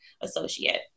associate